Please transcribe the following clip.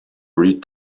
read